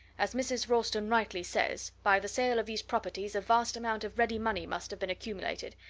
as mrs. ralston rightly says, by the sale of these properties a vast amount of ready money must have been accumulated,